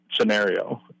scenario